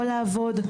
או לעבוד,